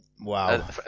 Wow